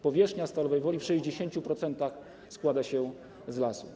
Powierzchnia Stalowej Woli w 60% składa się z lasu.